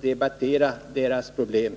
diskutera deras problem.